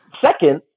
Second